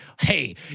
hey